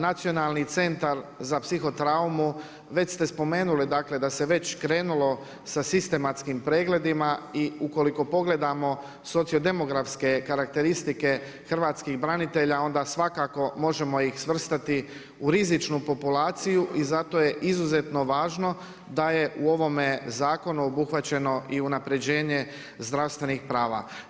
Nacionalni centar za psiho traumu, već ste spomenuli dakle da se već krenulo sa sistematskim pregledima i ukoliko pogledamo socio-demografske karakteristike hrvatskih branitelja onda svakako možemo ih svrstati u rizičnu populaciju i zato je izuzetno važno da je u ovome zakonu obuhvaćeno i unapređenje zdravstvenih prava.